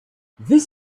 this